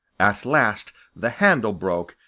at last the handle broke,